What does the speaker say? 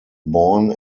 born